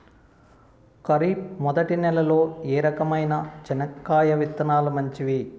ఖరీఫ్ మొదటి నెల లో ఏ రకమైన చెనక్కాయ విత్తనాలు మంచివి